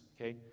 okay